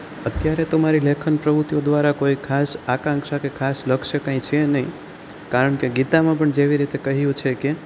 અત્યારે તો મારી લેખન પ્રવૃતિઓ દ્વારા કોઈ ખાસ આકાંક્ષા કે ખાસ લક્ષ્ય કાંઈ છે નહીં કારણ કે ગીતામાં પણ જેવી રીતે કહ્યું છે કે